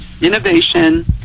innovation